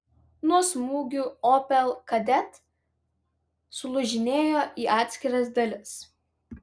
nuo smūgių opel kadett sulūžinėjo į atskiras dalis